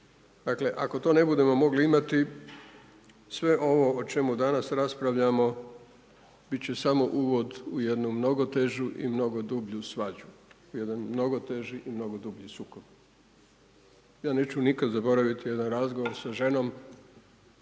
dakle, ako to ne budemo mogli imati sve ovo o čemu danas raspravljamo bit će samo uvod u jednu mnogo težu i mnogo dublju svađu. U jedan mnogo teži i mnogo dublji sukob. Ja neću nikad zaboraviti jedan razgovor sa ženom